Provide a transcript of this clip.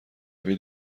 روی